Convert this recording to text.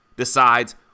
decides